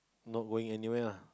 not going anywhere ah